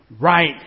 right